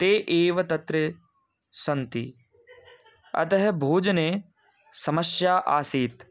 ते एव तत्र सन्ति अतः भोजने समस्या आसीत्